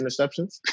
interceptions